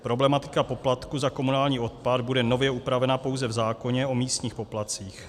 Problematika poplatku za komunální odpad bude nově upravena pouze v zákoně o místních poplatcích.